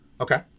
Okay